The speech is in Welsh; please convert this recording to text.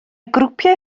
grwpiau